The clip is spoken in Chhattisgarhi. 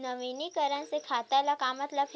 नवीनीकरण से खाता से का मतलब हे?